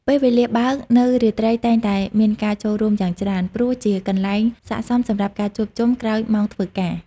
ពេលវេលាបើក នៅរាត្រី តែងតែមានការចូលរួមយ៉ាងច្រើន ព្រោះជាកន្លែងសាកសមសម្រាប់ការជួបជុំក្រោយម៉ោងធ្វើការ។